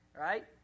right